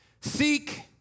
Seek